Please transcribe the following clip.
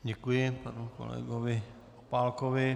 Děkuji panu kolegovi Opálkovi.